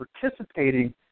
participating